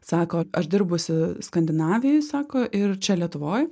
sako aš dirbusi skandinavijoj sako ir čia lietuvoj